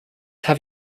have